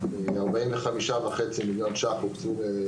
64 מיליון שקלים,